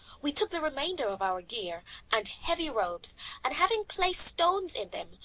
we took the remainder of our gear and heavy robes and, having placed stones in them,